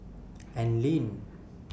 Anlene